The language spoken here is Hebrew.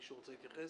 מישהו רוצה להתייחס?